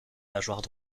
nageoires